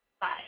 Bye